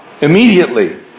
immediately